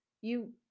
You-